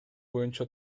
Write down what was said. боюнча